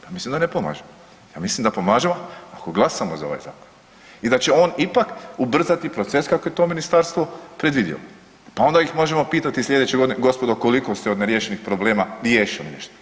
Ja mislim da ne pomažemo, ja mislim da pomažemo ako glasamo za ovaj zakon i da će on ipak ubrzati proces kako je to ministarstvo predvidjelo, pa onda ih možemo pitati slijedeće godine gospodo koliko ste od neriješenih problema riješili nešto.